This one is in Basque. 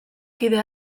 kide